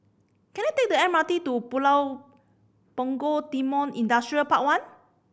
can I take the M R T to Pulau Punggol Timor Industrial Park One